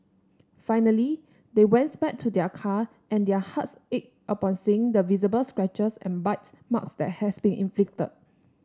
finally they went back to their car and their hearts ached upon seeing the visible scratches and bite marks that had been inflicted